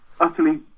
utterly